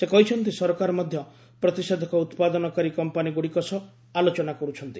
ସେ କହିଛନ୍ତି ସରକାର ମଧ୍ୟ ପ୍ରତିଷେଧକ ଉତ୍ପାଦନକାରୀ କମ୍ପାନୀଗୁଡ଼ିକ ସହ ଆଲୋଚନା କରୁଛନ୍ତି